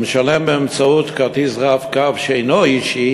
המשלם באמצעות כרטיס "רב-קו" שאינו שלו,